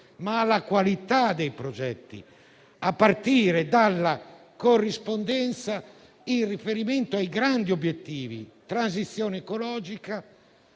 ma anche alla loro qualità, a partire dalla corrispondenza in riferimento ai grandi obiettivi: transizione ecologica,